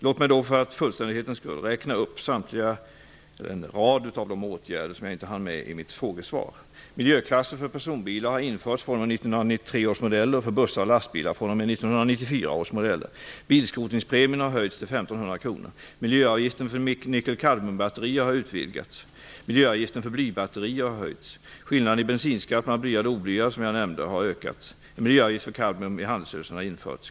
Låt mig för fullständighetens skull räkna upp en rad av de åtgärder som jag inte hann med i mitt frågesvar. kadmium-batterier har utvidgats. Miljöavgiften för blybatterier har höjts. Skillnaden i bensinskatt mellan blyad och oblyad bensin har ökats, vilket jag nämnde tidigare. En miljöavgift för kadmium i handelsgödsel har införts.